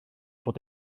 bod